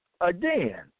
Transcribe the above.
Again